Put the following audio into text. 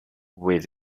with